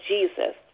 Jesus